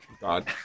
God